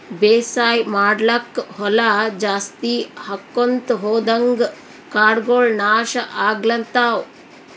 ಬೇಸಾಯ್ ಮಾಡ್ಲಾಕ್ಕ್ ಹೊಲಾ ಜಾಸ್ತಿ ಆಕೊಂತ್ ಹೊದಂಗ್ ಕಾಡಗೋಳ್ ನಾಶ್ ಆಗ್ಲತವ್